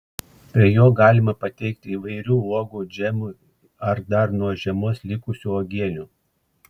prie jo galima pateikti įvairių uogų džemų ar dar nuo žiemos likusių uogienių